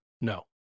No